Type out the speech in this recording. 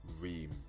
Reem